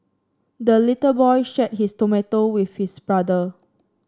the little boy shared his tomato with his brother